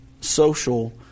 social